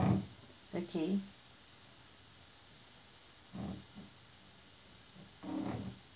okay